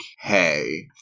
hey